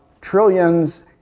trillions